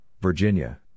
Virginia